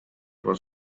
was